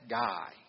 guy